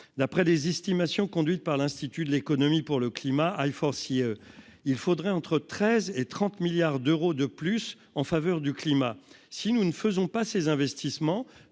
d'après les estimations, conduite par l'institut de l'économie pour le climat Alfonsi si il faudrait entre 13 et 30 milliards d'euros de plus en faveur du climat si nous ne faisons pas ses investissements,